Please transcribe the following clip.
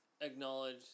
acknowledge